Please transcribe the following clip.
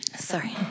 Sorry